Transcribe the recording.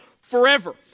forever